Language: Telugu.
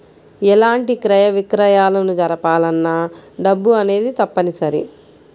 ఎలాంటి క్రయ విక్రయాలను జరపాలన్నా డబ్బు అనేది తప్పనిసరి